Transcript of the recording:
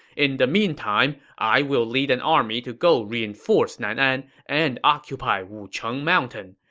in the meantime, i will lead an army to go reinforce nan'an and occupy wucheng mountain.